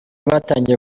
batangiye